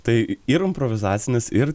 tai ir improvizacinis ir